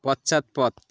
পশ্চাৎপদ